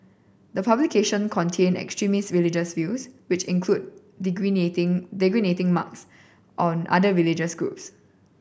the publication contain extremist religious views which include denigrating denigrating remarks on other religious groups